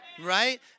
Right